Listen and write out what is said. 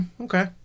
Okay